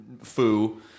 foo